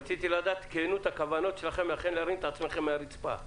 רציתי לדעת את כנות הכוונות שלכם אכן להרים את עצמכם מהרצפה.